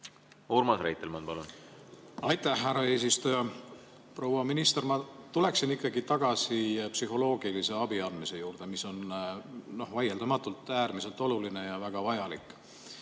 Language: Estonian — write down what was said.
Urmas Reitelmann, palun! Aitäh, härra eesistuja! Proua minister! Ma tuleksin ikkagi tagasi psühholoogilise abi andmise juurde, mis on vaieldamatult äärmiselt oluline ja väga vajalik.